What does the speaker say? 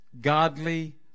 Godly